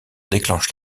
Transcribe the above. déclenche